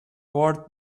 worth